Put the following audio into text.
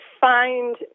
find